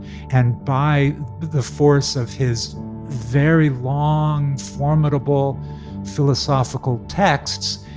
and by the force of his very long, formidable philosophical texts,